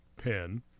pen